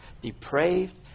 depraved